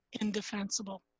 indefensible